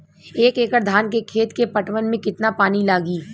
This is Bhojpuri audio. एक एकड़ धान के खेत के पटवन मे कितना पानी लागि?